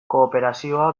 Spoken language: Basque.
kooperazioa